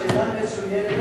שאלה מצוינת.